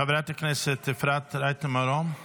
חברת אפרת רייטן מרום;